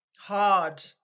hard